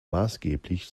maßgeblich